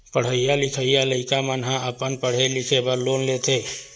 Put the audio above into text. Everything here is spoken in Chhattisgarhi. पड़हइया लिखइया लइका मन ह अपन पड़हे लिखे बर लोन लेथे